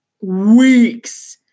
weeks